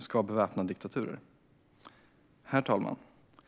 ska beväpna diktaturer. Herr talman!